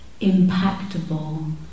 impactable